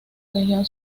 región